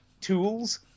tools